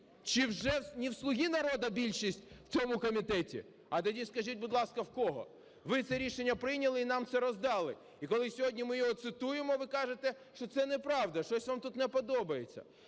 Чи вже не в "Слуги народу" більшість в цьому комітеті? А тоді скажіть, будь ласка, в кого? Ви це рішення прийняли і нам це роздали. І коли сьогодні ми його цитуємо, ви кажете, що це не правда, щось вам тут не подобається.